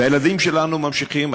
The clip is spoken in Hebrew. הילדים שלנו ממשיכים,